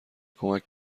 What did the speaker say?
کمک